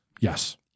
Yes